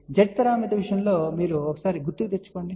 Z పారామితుల విషయంలో మీ జ్ఞాపకశక్తిని రిఫ్రెష్ చేయడానికి